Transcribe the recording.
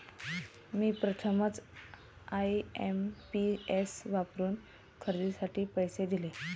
मी प्रथमच आय.एम.पी.एस वापरून खरेदीसाठी पैसे दिले